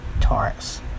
Taurus